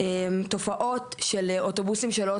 כמו מנהטן ולונדון, יש פקקים, זה קורה, הייתי שם